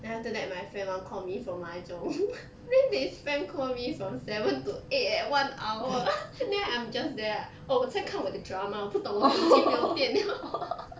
then after that my friend want call me for mahjong then they spam call me from seven to eight eh one hour then I'm just there right oh 我在看我的 drama 我不懂我手机没有电了